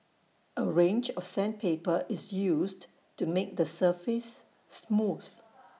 A range of sandpaper is used to make the surface smooth